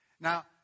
Now